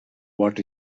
what